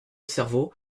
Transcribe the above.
cerveaux